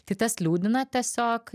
tai tas liūdina tiesiog